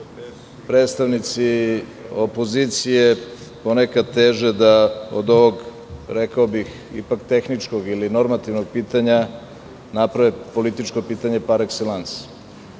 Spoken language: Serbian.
predstavnici i opozicije ponekad teže da od ovog, rekao bih, ipak tehničkog ili normativnog pitanja naprave politička pitanja par ekselans